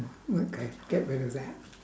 okay get rid of that